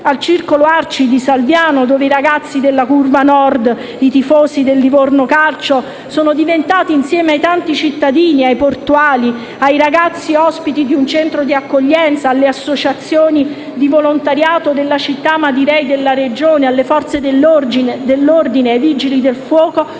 al circolo ARCI di Salviano, dove i ragazzi della Curva Nord, tifosi del Livorno Calcio, sono diventati, insieme a tanti cittadini, ai portuali, ai ragazzi ospiti di un centro di accoglienza, alle associazioni di volontariato della città, ma direi della Regione, alle Forze dell'ordine, ai Vigili del fuoco,